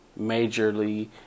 majorly